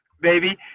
baby